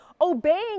Obeying